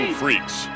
freaks